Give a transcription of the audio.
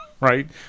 right